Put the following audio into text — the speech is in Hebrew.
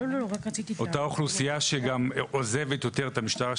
אותה אוכלוסייה שגם עוזבת יותר את המשטרה,